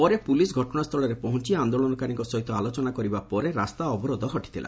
ପରେ ପୋଲିସ ଘଟଶାସ୍ଚଳରେ ପହଞ୍ ଆନ୍ଦୋଳନକାରୀଙ୍କ ସହିତ ଆଲୋଚନା କରିବା ପରେ ରାସ୍ତା ଅବରୋଧ ହଟିଥିଲା